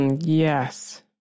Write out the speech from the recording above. yes